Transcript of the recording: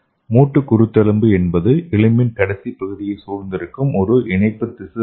மூட்டு குருத்தெலும்பு என்பது எலும்பின் கடைசிப் பகுதியை சூழ்ந்திருக்கும் ஒரு இணைப்பு திசு ஆகும்